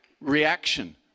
reaction